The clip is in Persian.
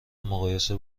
مقایسه